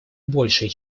большее